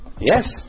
Yes